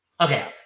Okay